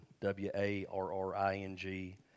W-A-R-R-I-N-G